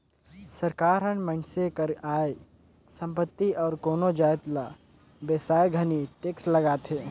सरकार हर मइनसे कर आय, संपत्ति अउ कोनो जाएत ल बेसाए घनी टेक्स लगाथे